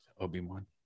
obi-wan